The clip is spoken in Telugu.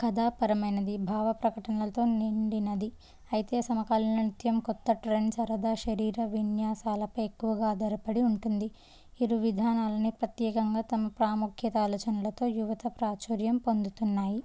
కథాపరమైనది భావప్రకటనలతో నిండినది అయితే సమకాల నృత్యం కొత్త ట్రెండ్ సరదా శరీర విన్యాసాలపై ఎక్కువగా ఆధారపడి ఉంటుంది ఇరు విధానాలని ప్రత్యేకంగా తమ ప్రాముఖ్యత ఆలోచనలతో యువత ప్రాచుర్యం పొందుతున్నాయి